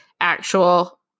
actual